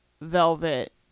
velvet